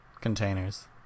containers